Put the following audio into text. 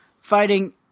Fighting